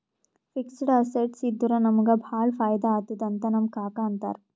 fixed assets ಇದ್ದುರ ನಮುಗ ಭಾಳ ಫೈದಾ ಆತ್ತುದ್ ಅಂತ್ ನಮ್ ಕಾಕಾ ಅಂತಾರ್